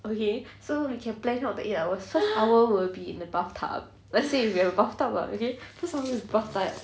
okay so we can plan out the eight hours so first hour will be in the bathtub let's say if you have a bathtub ah okay first hour in bathtub